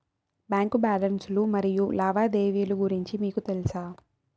Bank balance లు మరియు లావాదేవీలు గురించి మీకు తెల్సా?